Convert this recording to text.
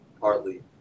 partly